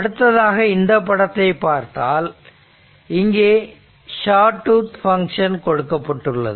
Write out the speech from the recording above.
அடுத்ததாக இந்த படத்தைப் பார்த்தால் இங்கே ஷா டூத் பங்க்ஷன் கொடுக்கப்பட்டுள்ளது